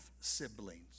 siblings